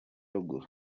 ruguru